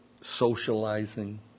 socializing